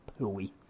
pooey